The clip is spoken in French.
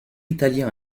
italien